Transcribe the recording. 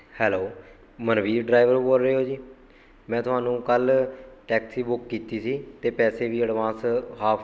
hello Manveer driver ਬੋਲ ਰਹੇ ਹੋ ਜੀ ਮੈਂ ਤੁਹਾਨੂੰ ਕੱਲ੍ਹ ਟੈਕਸੀ ਬੁੱਕ ਕੀਤੀ ਸੀ ਅਤੇ ਪੈਸੇ ਵੀ ਅਡਵਾਂਸ ਹਾਫ